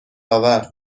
آور